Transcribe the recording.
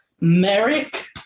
Merrick